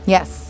Yes